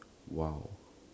!wow!